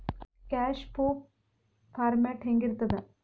Cash flow format ಹೆಂಗಿರ್ತದ?